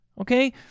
okay